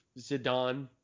Zidane